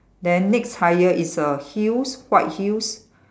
then next higher is err heels white heels